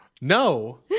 No